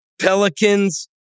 Pelicans